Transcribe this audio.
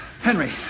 Henry